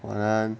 晚安